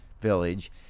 village